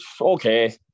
okay